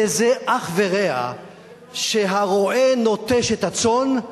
אין לזה אח ורע שהרועה נוטש את הצאן,